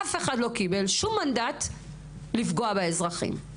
אף אחד לא קיבל שום מנדט לפגוע באזרחים.